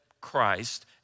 Christ